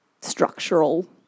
structural